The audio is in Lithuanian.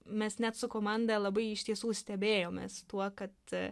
mes net su komanda labai iš tiesų stebėjomės tuo kad